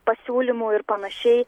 pasiūlymų ir panašiai